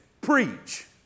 preach